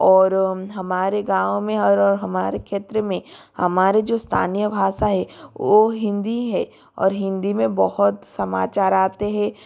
और हमारे गाँव में और हमारे क्षेत्र में हमारे जो स्थानीय भाषा है वो हिन्दी है और हिन्दी में बहुत समाचार आते हैं